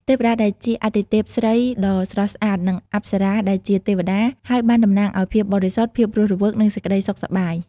ទេវតាដែលជាអាទិទេពស្រីដ៏ស្រស់ស្អាត និងអប្សរាដែលជាទេវតា ហើយបានតំណាងឲ្យភាពបរិសុទ្ធ ភាពរស់រវើក និងសេចក្តីសុខសប្បាយ។